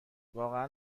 واقعا